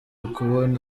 kubona